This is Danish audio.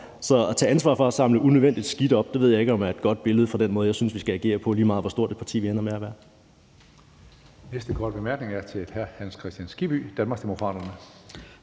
Så at tage ansvar for at samle unødvendigt skidt op ved jeg ikke om er et godt billede på den måde, jeg synes vi skal agere på, lige meget hvor stort et parti vi ender med at være.